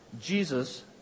Jesus